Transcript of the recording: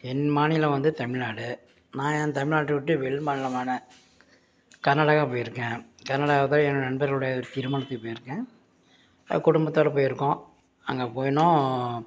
என் மாநிலம் வந்து தமிழ்நாடு நான் என் தமிழ்நாட்ட விட்டு வெளி மாநிலமான கர்நாடகா போயிருக்கேன் கர்நாடகாவில தான் என் நன்பருடைய திருமணத்துக்கு போயிருக்கேன் குடும்பத்தோட போயிருக்கோம் அங்கே போனோம்